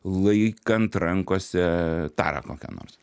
laikant rankose tarą kokią nors